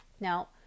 Now